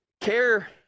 Care